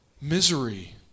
misery